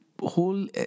whole